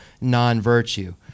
non-virtue